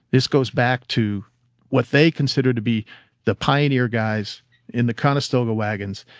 this goes back to what they consider to be the pioneer guys in the conestoga wagons,